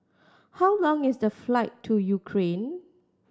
how long is the flight to Ukraine